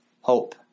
hope